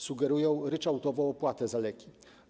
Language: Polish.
Sugerują ryczałtową opłatę za leki.